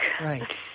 Right